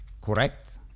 correct